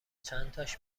چنتاش